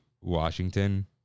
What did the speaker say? Washington